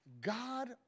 God